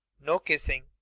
no kissing.